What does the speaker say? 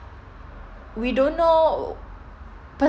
we don't know